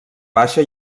baixa